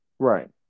right